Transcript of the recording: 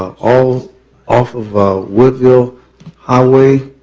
ah all off of woodville highway,